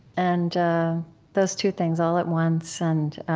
and those two things all at once. and